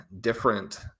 different